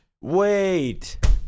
Wait